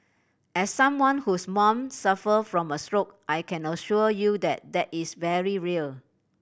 as someone whose mom suffered from a stroke I can assure you that that is very real